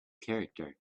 character